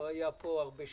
הוא היה פה הרבה שנים,